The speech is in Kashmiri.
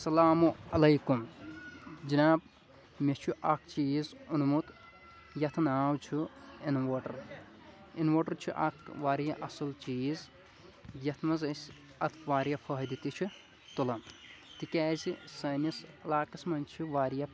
السلام علیکُم جِناب مےٚ چھُ اَکھ چیٖز اوٚنمُت یَتھ ناو چھُ اِنوٲٹَر اِنوٲٹَر چھُ اَکھ واریاہ اَصٕل چیٖز یَتھ منٛز أسۍ اَتھ واریاہ فٲہدٕ تہِ چھِ تُلان تِکیٛازِ سٲنِس علاقَس منٛز چھِ واریاہ